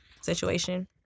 situation